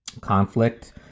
Conflict